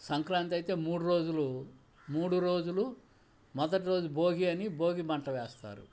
సంక్రాంతి అయితే మూడు రోజులు మూడు రోజులు మొదటి రోజు భోగి అని భోగి మంట వేస్తారు